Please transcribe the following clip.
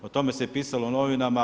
O tome se i pisalo u novinama.